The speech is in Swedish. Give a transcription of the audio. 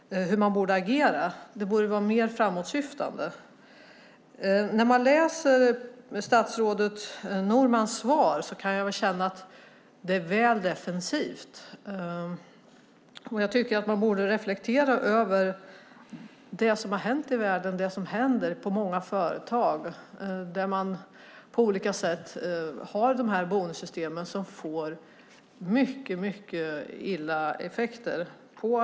Man borde vara mer framåtsyftande. När man läser statsrådet Normans svar upplever jag det som väl defensivt. Man borde reflektera över det som händer på många företag där bonussystemen får allvarliga konsekvenser.